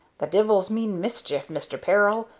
the divils mean mischief, mister peril,